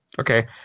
Okay